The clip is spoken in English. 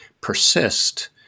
persist